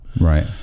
right